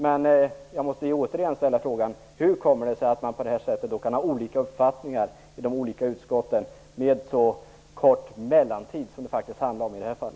Men jag måste återigen ställa frågan: Hur kommer det sig att man på det här sättet kan ha olika uppfattningar i de olika utskotten under en så kort mellantid som det faktiskt handlar om i detta fall?